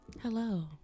Hello